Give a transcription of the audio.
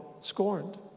scorned